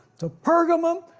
to pergamum,